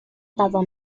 dado